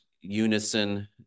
unison